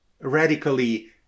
radically